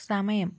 സമയം